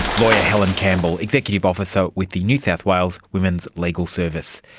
lawyer helen campbell, executive officer so with the new south wales women's legal service.